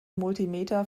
multimeter